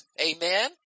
Amen